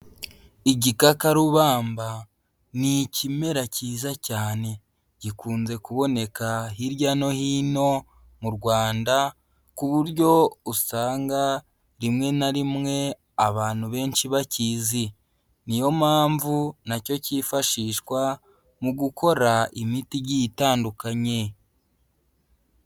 Igikakarubamba ni ikimera cyiza cyane gikunze kuboneka hirya no hino mu Rwanda, ku buryo usanga rimwe na rimwe abantu benshi bakizi, niyo mpamvu nacyo cyifashishwa mu gukora imiti igiye itandukanye.